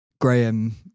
Graham